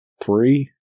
three